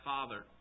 Father